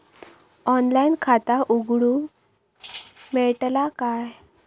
Online खाता उघडूक मेलतला काय?